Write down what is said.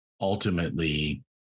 ultimately